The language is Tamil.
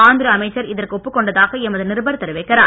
ஆந்திர அமைச்சர் இதற்கு ஒப்புக் கொண்டதாக எமது நிருபர் தெரிவிக்கிறார்